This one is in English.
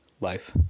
life